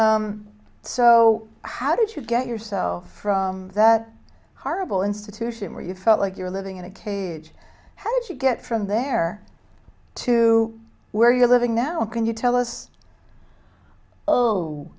so how did you get yourself from that horrible institution where you felt like you're living in a cage how did you get from there to where you're living now can you tell us oh